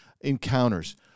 encounters